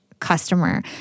customer